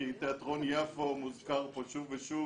כי תיאטרון יפו מוזכר פה שוב ושוב,